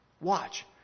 watch